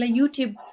YouTube